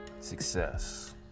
success